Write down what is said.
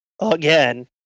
again